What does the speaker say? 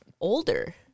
older